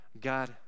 God